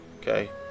Okay